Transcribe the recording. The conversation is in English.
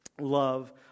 love